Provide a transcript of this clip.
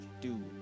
Dude